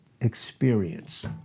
experience